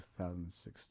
2016